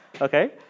Okay